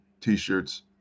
t-shirts